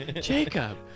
Jacob